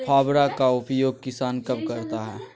फावड़ा का उपयोग किसान कब करता है?